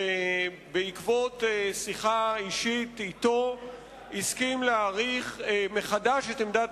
שבעקבות שיחה אישית אתו הסכים להעריך מחדש את עמדת